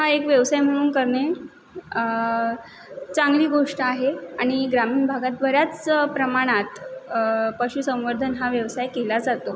हा एक व्यवसाय म्हणून करणे चांगली गोष्ट आहे आणि ग्रामीण भागात बऱ्याच प्रमाणात पशुसंवर्धन हा व्यवसाय केला जातो